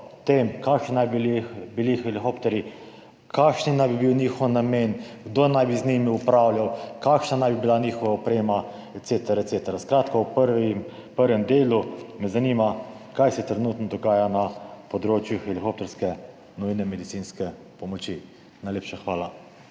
kakšni naj bi bili helikopterji, kakšen naj bi bil njihov namen, kdo naj bi z njimi upravljal, kakšna naj bi bila njihova oprema et cetera, et cetera. Skratka, v prvem delu me zanima, kaj se trenutno dogaja na področju helikopterske nujne medicinske pomoči. Najlepša hvala.